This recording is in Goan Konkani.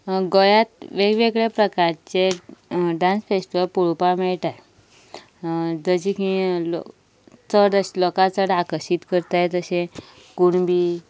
गोंयांत वेगवेगळे प्रकाराचे डांस फेस्टिवल पळोवपाक मेळटात जशें की चड अशें लोकांक चड आकर्शीत करतात तशें कुणबी